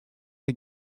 tes